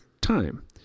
time